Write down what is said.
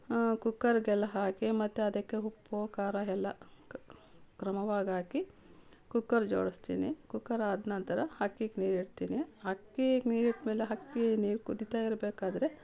ಕುಕ್ಕರ್ಗೆಲ್ಲ ಹಾಕಿ ಮತ್ತೆ ಅದಕ್ಕೆ ಉಪ್ಪು ಖಾರ ಎಲ್ಲ ಕ್ರಮವಾಗಿ ಹಾಕಿ ಕುಕ್ಕರ್ ಜೋಡಿಸ್ತೀನಿ ಕುಕ್ಕರ್ ಆದ ನಂತರ ಅಕ್ಕಿಗೆ ನೀರು ಇಡ್ತೀನಿ ಅಕ್ಕಿಗೆ ನೀರು ಇಟ್ಮೇಲೆ ಅಕ್ಕಿ ನೀರು ಕುದಿತಾ ಇರಬೇಕಾದ್ರೆ